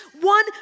one